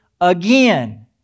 again